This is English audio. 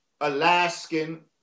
Alaskan